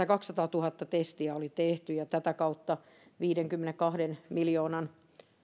kaksisataatuhatta testiä oli tehty viidenkymmenenkahden miljoonan